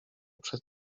przed